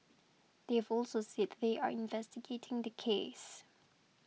they've also said they are investigating the case